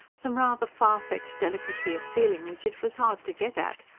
some rather far-fetched delicacy of feeling which it was hard to get at,